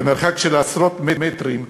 במרחק של עשרות מטרים,